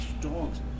dogs